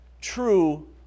true